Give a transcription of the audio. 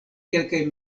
kelkaj